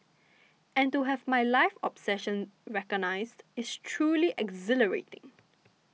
and to have my life's obsession recognised is truly exhilarating